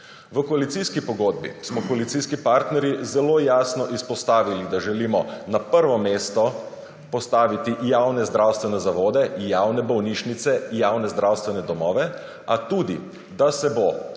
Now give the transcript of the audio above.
V koalicijski pogodbi smo koalicijski partnerji zelo jasno izpostavili, da želimo na prvo mesto postaviti javne zdravstvene zavode, javne bolnišnice, javne zdravstvene domove, a tudi, da se bo